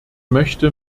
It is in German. möchte